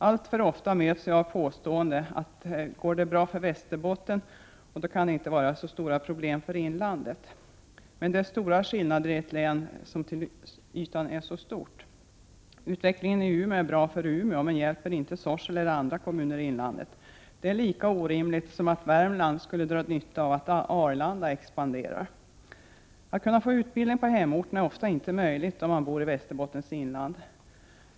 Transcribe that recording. Alltför ofta möts vi av påståenden att det går bra för Västerbotten och då kan det inte vara så stora problem för inlandet. Men det är betydande skillnader i ett län som till ytan är så stort. Utvecklingen i Umeå är bra för Umeå, men hjälper ej Sorsele eller andra kommuner i inlandet. Det är lika orimligt som att säga att Värmland skulle dra nytta av att Arlanda expanderar. Att kunna få utbildning på hemorten är ofta inte möjligt om man bor i Västerbottens inland.